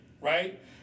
right